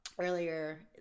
earlier